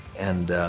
and